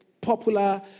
popular